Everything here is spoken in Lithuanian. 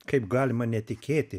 kaip galima netikėti